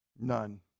None